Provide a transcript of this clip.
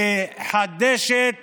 מחדשת